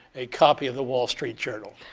a copy of the wall street journal.